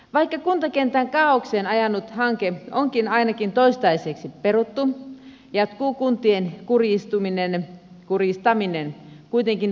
vaikka kuntakentän kaaokseen ajanut hanke onkin ainakin toistaiseksi peruttu jatkuu kuntien kurjistaminen kuitenkin valtionosuusleikkauksien muodossa